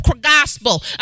gospel